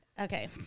okay